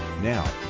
Now